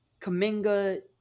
Kaminga